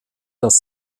das